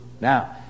Now